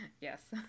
Yes